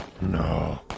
no